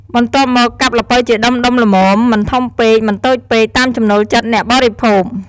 បន្ទាប់មក កាប់ល្ពៅជាដុំៗល្មម មិនធំពេក មិនតូចពេក តាមចំណូលចិត្តអ្នកបរិភោគ។